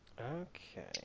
Okay